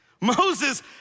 Moses